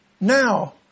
now